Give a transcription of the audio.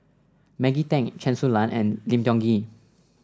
Maggie Teng Chen Su Lan and Lim Tiong Ghee